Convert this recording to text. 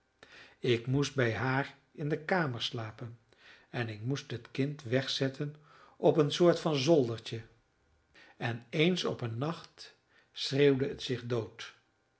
ik moest bij haar in de kamer slapen en ik moest het kind wegzetten op een soort van zoldertje en eens op een nacht schreeuwde het zich dood